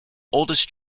oldest